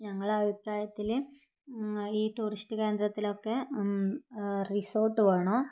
ഞങ്ങളെ അഭിപ്രായത്തിൽ ഈ ടൂറിസ്റ്റ് കേന്ദ്രത്തിലൊക്കെ റിസോർട്ട് വേണം